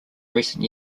recent